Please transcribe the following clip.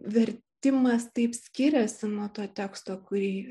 vertimas taip skiriasi nuo to teksto kurį